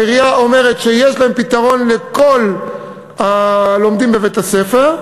העירייה אומרת שיש להם פתרון לכל הלומדים בבית-הספר,